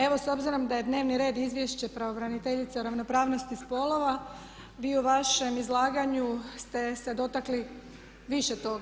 Evo s obzirom da je dnevni red Izvješće pravobraniteljice ravnopravnosti spolova vi u vašem izlaganju ste se dotakli više toga.